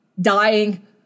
dying